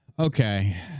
Okay